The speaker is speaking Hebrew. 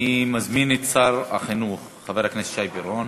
אני מזמין את שר החינוך חבר הכנסת שי פירון.